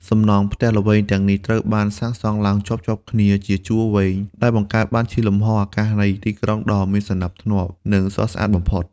សំណង់ផ្ទះល្វែងទាំងនេះត្រូវបានសាងសង់ឡើងជាប់ៗគ្នាជាជួរវែង ដែលបង្កើតបានជាលំហអាកាសនៃទីក្រុងដ៏មានសណ្តាប់ធ្នាប់ និងស្រស់ស្អាតបំផុត។